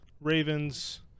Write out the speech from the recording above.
Ravens